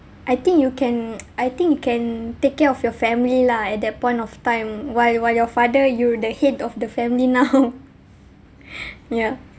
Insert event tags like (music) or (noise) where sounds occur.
I think you can I think you can take care of your family lah at that point of time while while your father you the head of the family now (laughs) ya